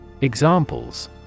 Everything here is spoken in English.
Examples